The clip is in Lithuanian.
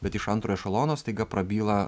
bet iš antro ešelono staiga prabyla